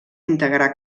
integrar